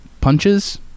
Punches